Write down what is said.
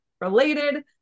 related